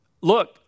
look